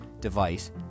Device